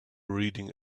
reading